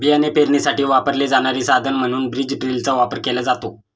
बियाणे पेरणीसाठी वापरले जाणारे साधन म्हणून बीज ड्रिलचा वापर केला जातो